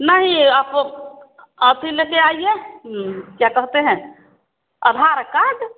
नहीं आप आप ही ले कर आइए क्या कहते हैं अधार कार्ड